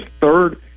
third